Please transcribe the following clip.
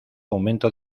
aumento